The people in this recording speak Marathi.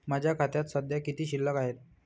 माझ्या खात्यात सध्या किती शिल्लक आहे?